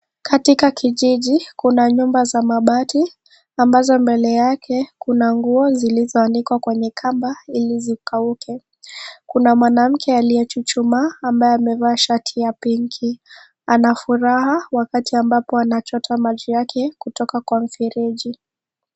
Katika kijiji kuna nyumba za mabati ambazo mbele yake kuna nguo zilizoanikwa kwenye kamba ili zikauke. Kuna mwanamke aliyechuchumaa ambaye amevaa shati ya pinki. Ana furaha wakati ambapo anachota maji yake kutoka kwa mfereji.